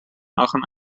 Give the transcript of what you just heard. aachen